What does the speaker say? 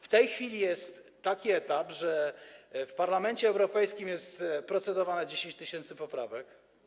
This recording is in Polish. W tej chwili jest taki etap, że w Parlamencie Europejskim jest procedowane 10 tys. poprawek.